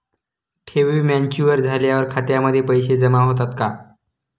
ठेवी मॅच्युअर झाल्यावर खात्यामध्ये पैसे जमा होतात का?